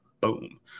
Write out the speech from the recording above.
Boom